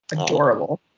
adorable